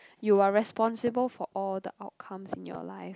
you are responsible for all the outcomes in your life